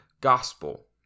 gospel